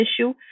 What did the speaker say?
issue